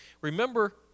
remember